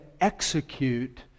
execute